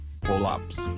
pull-ups